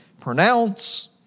pronounce